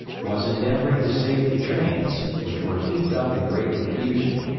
was endeavoring to save the trains, which were heaped up in great confusion.